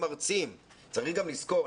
צריך גם לזכור,